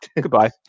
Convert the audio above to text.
Goodbye